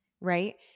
right